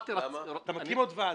אתה מקים עוד ועדה.